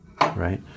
right